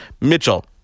Mitchell